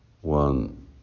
one